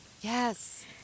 Yes